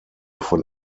von